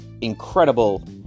incredible